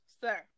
sir